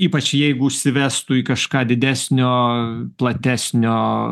ypač jeigu užsivestų į kažką didesnio platesnio